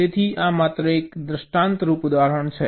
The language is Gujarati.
તેથી આ માત્ર એક દૃષ્ટાંતરૂપ ઉદાહરણ છે